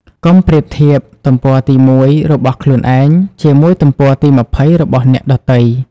កុំប្រៀបធៀប "ទំព័រទី ១" របស់ខ្លួនឯង ជាមួយ "ទំព័រទី ២០" របស់អ្នកដទៃ។